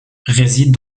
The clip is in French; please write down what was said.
résident